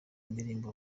indirimbo